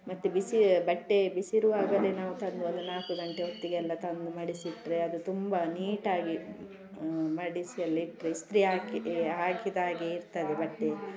ಮತ್ತೆ ಬಿಸಿ ಬಟ್ಟೆ ಬಿಸಿ ಇರುವಾಗಲೆ ನಾವು ತಂದು ಅದು ನಾಲ್ಕು ಗಂಟೆ ಹೊತ್ತಿಗೆ ಎಲ್ಲ ತಂದು ಮಡಿಸಿಟ್ಟರೆ ಅದು ತುಂಬ ನೀಟ್ ಆಗಿ ಮಡಿಸಿ ಅಲ್ಲಿ ಇಟ್ಟರೆ ಇಸ್ತ್ರಿ ಹಾಕಿ ಹಾಕಿದಾಗೆ ಇರ್ತದೆ ಬಟ್ಟೆ